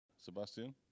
Sebastian